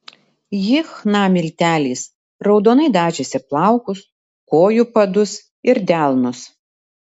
ji chna milteliais raudonai dažėsi plaukus kojų padus ir delnus